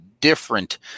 different